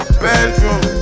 bedroom